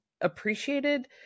appreciated